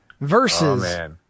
versus